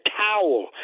towel